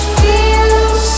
feels